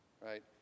right